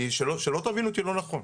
שלא תבינו אותי לא נכון.